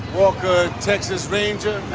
walker texas ranger.